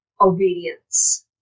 obedience